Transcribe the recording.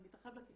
זה מתרחב לכיתה,